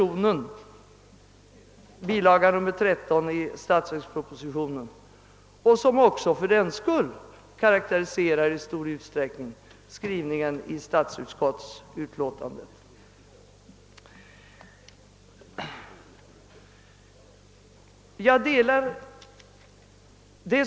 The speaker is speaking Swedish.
Denna vaghet karakteriserar även statsverkspropositionens bilaga nr 13 liksom i stor utsträckning skrivningen i statsutskottets utlåtanden.